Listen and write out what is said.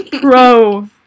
pro